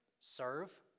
serve